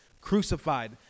crucified